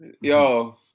Yo